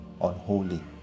unholy